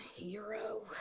hero